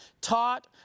taught